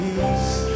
peace